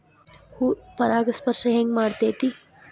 ಹೂ ಪರಾಗಸ್ಪರ್ಶ ಹೆಂಗ್ ಮಾಡ್ತೆತಿ?